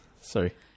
Sorry